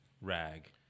rag